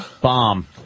Bomb